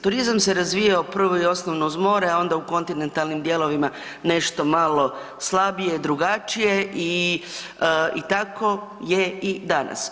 Turizam se razvijao prvo i osnovno uz more, a onda u kontinentalnim dijelovima nešto malo slabije, drugačije i, i tako je i danas.